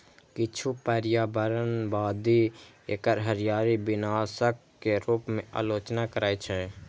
किछु पर्यावरणवादी एकर हरियाली विनाशक के रूप मे आलोचना करै छै